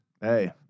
Hey